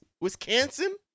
Wisconsin